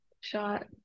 shot